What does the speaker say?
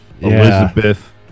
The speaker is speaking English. Elizabeth